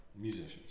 Musicians